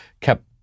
kept